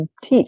teach